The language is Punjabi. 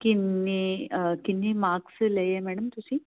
ਕਿੰਨੇ ਕਿੰਨੇ ਮਾਰਕਸ ਲਏ ਆ ਮੈਡਮ ਤੁਸੀਂ